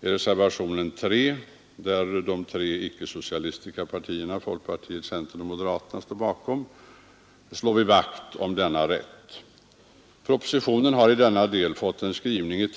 I reservationen 3 slår de tre icke-socialistiska partierna vakt om denna rätt. Propositionen har i denna del fått en skrivning